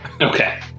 Okay